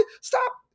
stop